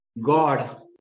God